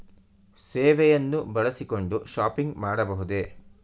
ಸೇವೆಯನ್ನು ಬಳಸಿಕೊಂಡು ಶಾಪಿಂಗ್ ಮಾಡಬಹುದೇ?